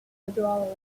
federal